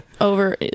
over